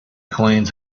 coins